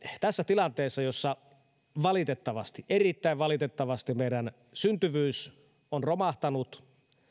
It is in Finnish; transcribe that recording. tässä tilanteessa jossa valitettavasti erittäin valitettavasti meidän syntyvyys on romahtanut